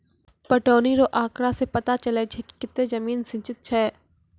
पटौनी रो आँकड़ा से पता चलै छै कि कतै जमीन सिंचित छै